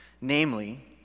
Namely